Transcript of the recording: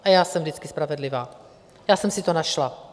A já jsem vždycky spravedlivá, já jsem si to našla.